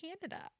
Canada